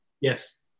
Yes